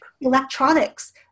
electronics